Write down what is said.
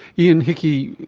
ian hickie,